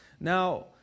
Now